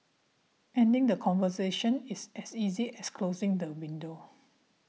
ending the conversation is as easy as closing the window